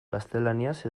gaztelaniaz